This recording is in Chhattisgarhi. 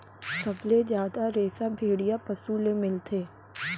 सबले जादा रेसा भेड़िया पसु ले मिलथे